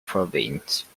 province